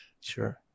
sure